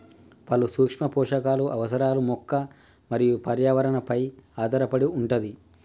పలు సూక్ష్మ పోషకాలు అవసరాలు మొక్క మరియు పర్యావరణ పై ఆధారపడి వుంటది